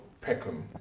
Peckham